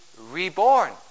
reborn